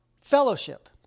fellowship